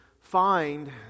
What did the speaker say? find